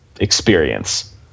experience